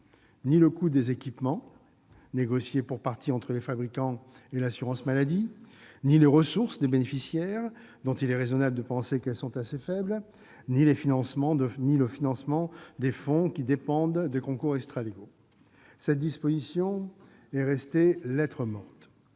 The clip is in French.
ni le coût des équipements, négocié pour partie entre les fabricants et l'assurance maladie ; ni les ressources des bénéficiaires, dont il est raisonnable de penser qu'elles sont assez faibles ; ni les financements des fonds, qui dépendent de concours extralégaux. Cette disposition est restée lettre morte,